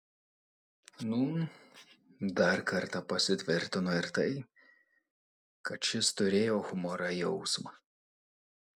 nūn dar kartą pasitvirtino ir tai kad šis turėjo humoro jausmą